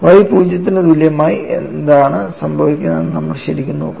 Y 0 ന് തുല്യമായി എന്താണ് സംഭവിക്കുന്നതെന്ന് നമ്മൾ ശരിക്കും നോക്കുന്നു